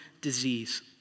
disease